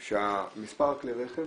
שמספר כלי הרכב